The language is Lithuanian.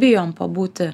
bijom pabūti